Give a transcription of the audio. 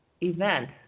event